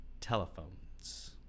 telephones